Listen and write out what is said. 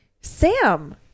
Sam